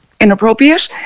inappropriate